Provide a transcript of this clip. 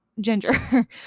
ginger